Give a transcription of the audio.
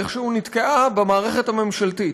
איכשהו נתקעה במערכת הממשלתית.